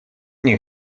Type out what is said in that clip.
nie